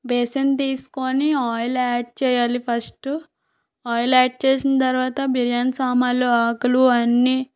బేసన్ తీసుకొని oil add చేయాలి first oil add చేసిన తరువాత బిర్యానీ సామాన్లు ఆకులు అన్నీ